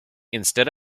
instead